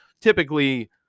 typically